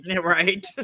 Right